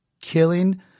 killing